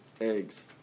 eggs